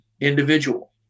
individual